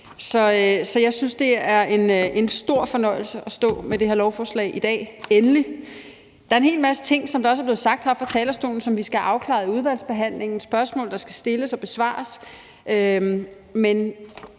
Så jeg synes, det er en stor fornøjelse at stå med det her lovforslag i dag – endelig. Som der også er blevet sagt heroppe fra talerstolen, er der en hel masse ting, som vi skal have afklaret i udvalgsbehandlingen. Der er spørgsmål, som skal stilles og besvares. Men